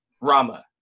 Rama